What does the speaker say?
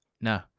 No